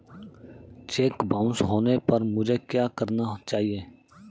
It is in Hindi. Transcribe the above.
चेक बाउंस होने पर मुझे क्या करना चाहिए?